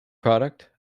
product